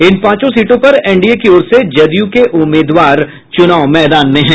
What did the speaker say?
इन पांचों सीटों पर एनडीए की ओर से जदयू के उम्मीदवार चुनाव मैदान में हैं